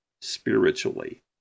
spiritually